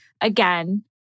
again